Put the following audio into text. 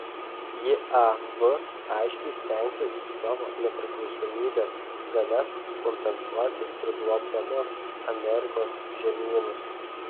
jav aiškiai stengsis savo nepriklausomybės galias kompensuoti priglobdamos amerikos žemynus